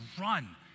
run